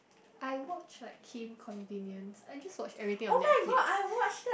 I watch like Kim's-Convenience I just watch everything on Netflix